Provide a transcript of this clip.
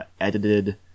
edited